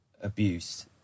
abuse